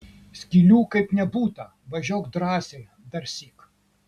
skylių kaip nebūta važiuok drąsiai darsyk